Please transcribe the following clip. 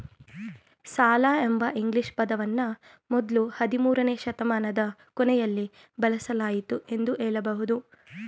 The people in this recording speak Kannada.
ಸಾಲ ಎಂಬ ಇಂಗ್ಲಿಷ್ ಪದವನ್ನ ಮೊದ್ಲು ಹದಿಮೂರುನೇ ಶತಮಾನದ ಕೊನೆಯಲ್ಲಿ ಬಳಸಲಾಯಿತು ಎಂದು ಹೇಳಬಹುದು